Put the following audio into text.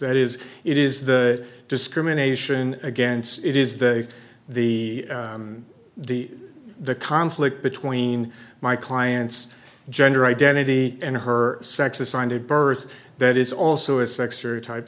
that is it is the discrimination against it is the the the the conflict between my client's gender identity and her sex assigned a birth that is also a sex or type